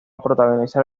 protagonizar